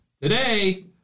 Today